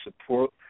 support